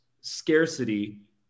scarcity